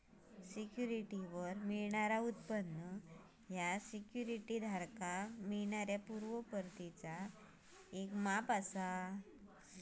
सिक्युरिटीवर मिळणारो उत्पन्न ह्या सिक्युरिटी धारकाक मिळणाऱ्यो पूर्व परतीचो याक माप असा